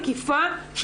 מקיפה,